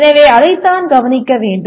எனவே அதைத்தான் கவனிக்க வேண்டும்